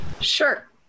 Sure